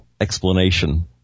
explanation